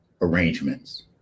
arrangements